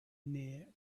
near